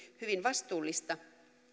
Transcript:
hyvin vastuullista